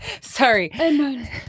Sorry